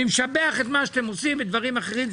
אני משבח את מה שאתם עושים בנושאים אחרים,